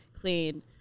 clean